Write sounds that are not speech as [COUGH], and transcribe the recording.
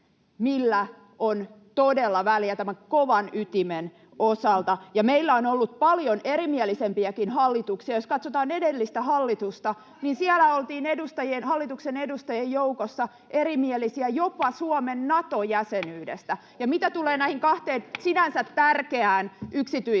millä on todella väliä tämän kovan ytimen osalta. Meillä on ollut paljon erimielisempiäkin hallituksia. Jos katsotaan edellistä hallitusta, niin siellä oltiin hallituksen edustajien joukossa erimielisiä jopa [NOISE] Suomen Nato-jäsenyydestä. Mitä tulee näihin kahteen sinänsä tärkeään yksityiskohtaan,